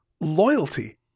loyalty